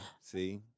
See